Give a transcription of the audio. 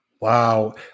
wow